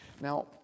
Now